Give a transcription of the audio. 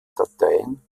dateien